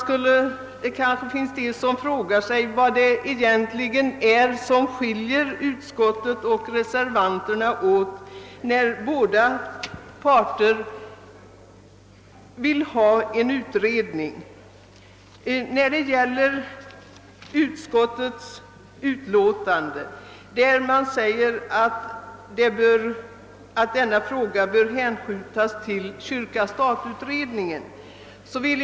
Det kanske finns de som frågar sig vad det egentligen är som skiljer utskottsmajoriteten och reservanterna åt, eftersom bägge parter vill ha en utredning. I utskottets utlåtande föreslås att frågan hänskjuts till kyrka—stat-utredningen.